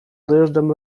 dojeżdżam